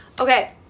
Okay